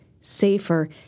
safer